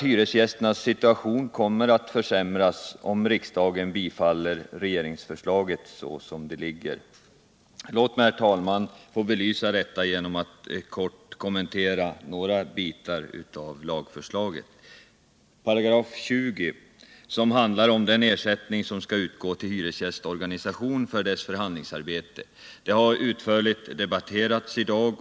Hyresgästernas situation kommer att försämras om riksdagen bifaller regeringsförslaget som det ligger. Lät mig, herr talman, belvsa detta genom att kort kommentera nägra delar av lagförslaget. dess förhandlingsarbete. Detta har utförligt diskuterats i dag.